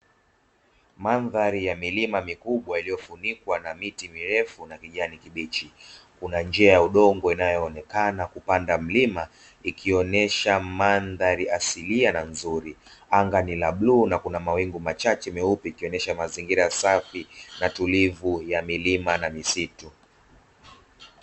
Mandhari ya milima mikubwa iliyofunikwa na miti mirefu na kijani kibichi. Kuna njia ya udongo inayoonekana kupanda mlima ikionyesha mandhari asilia na nzuri. Anga ni la bluu na kuna mawingu machache meupe, ikionesha mazingira safi na tulivu ya milima na misitu.